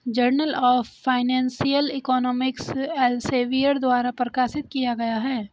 journal of financial economics Elsevier द्वारा प्रकाशित किया गया हैं